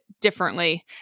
differently